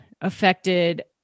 affected